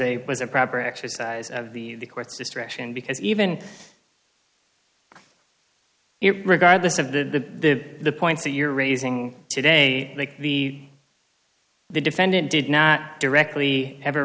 a proper exercise of the court's distraction because even regardless of the the points that you're raising today make the the defendant did not directly ever